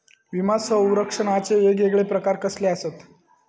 विमा सौरक्षणाचे येगयेगळे प्रकार कसले आसत?